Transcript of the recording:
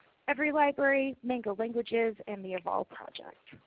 every library, mango languages, and the evolve project.